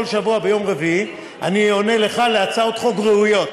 כל שבוע ביום רביעי אני עונה לך על הצעות חוק ראויות,